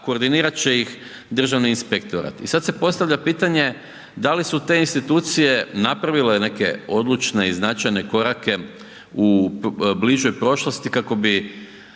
koordinirat će ih Državni inspektorat. I sad se postavlja pitanje da li su te institucije napravile neke odlučne i značajne korake u bližoj prošlosti kako bi